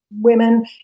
women